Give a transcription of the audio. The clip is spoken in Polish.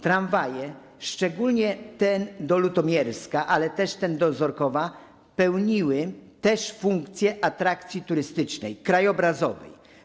Tramwaje, szczególnie ten do Lutomierska, ale też ten do Ozorkowa, pełniły także funkcję atrakcji turystycznej, krajobrazowej.